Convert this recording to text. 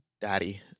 Daddy